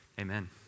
Amen